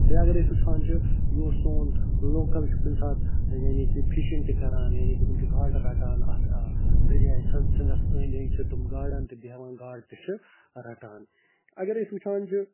بیٚیہِ اَگر أسۍ وُچھان چھِ یہِ اوس سون لوکَل چھِ کُنہِ ساتہٕ یعنی کہ فِشِنٛگ تہِ کران یعنی کہ تٔم چھِ گاڈٕ رَٹان اَتھ دریاے سٔہ سِنٛدَس أندۍ أندۍ چھِ تم گاڈَن تہِ بہوان گاڈٕ تہِ چھِ رَٹان اَگر أسۍ وُچھان چھِ